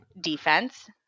Defense